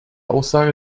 aussage